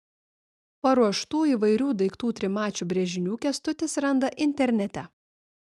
paruoštų įvairių daiktų trimačių brėžinių kęstutis randa internete